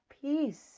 peace